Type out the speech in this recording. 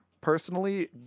personally